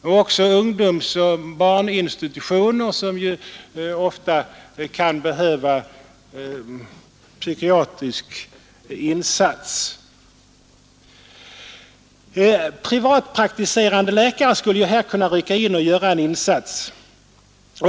Likaså på ungdomsoch barninstitutioner där det ofta kan behövas psykiatriska insatser. Privatpraktiserande läkare skulle kunna rycka in här och göra en insats.